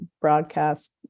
broadcast